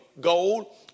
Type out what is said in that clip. gold